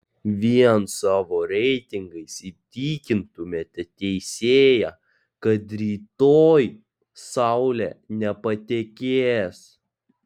vien savo reitingais įtikintumėte teisėją kad rytoj saulė nepatekės